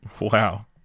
Wow